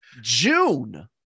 june